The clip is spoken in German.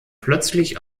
plötzlich